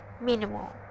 minimal